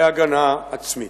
להגנה עצמית.